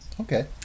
Okay